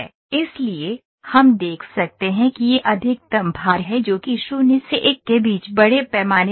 इसलिए हम देख सकते हैं कि यह अधिकतम भार है जो कि 0 से 1 के बीच बड़े पैमाने पर है